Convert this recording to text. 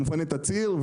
הוא מפנה את הציר,